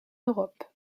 europe